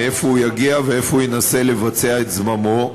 מאיפה הוא יגיע ואיפה הוא ינסה לבצע את זממו.